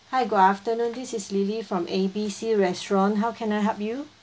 hi good afternoon this is lily from A B C restaurant how can I help you